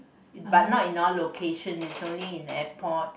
but not in our location it's only in the airport